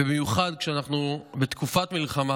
ובמיוחד כשאנחנו בתקופת מלחמה,